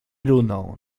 runął